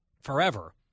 forever